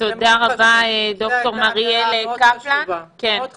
זאת הערה מאוד חשובה, מאוד חשוב.